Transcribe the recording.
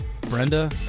Brenda